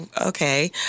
Okay